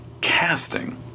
casting